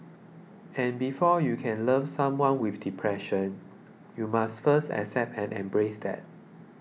and before you can love someone with depression you must first accept and embrace that